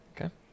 Okay